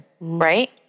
right